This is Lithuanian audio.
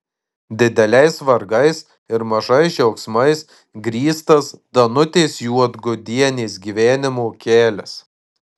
dideliais vargais ir mažais džiaugsmais grįstas danutės juodgudienės gyvenimo kelias